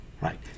right